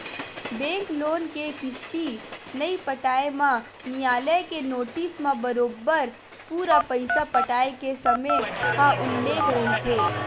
bank loan के किस्ती नइ पटाए म नियालय के नोटिस म बरोबर पूरा पइसा पटाय के समे ह उल्लेख रहिथे